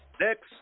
Next